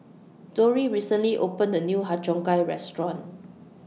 Dori recently opened The New Har Cheong Gai Restaurant